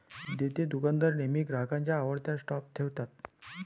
देतेदुकानदार नेहमी ग्राहकांच्या आवडत्या स्टॉप ठेवतात